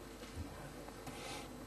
ההצעה